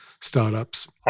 startups